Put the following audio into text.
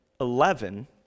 eleven